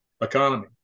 economy